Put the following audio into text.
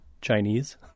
Chinese